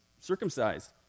circumcised